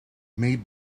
made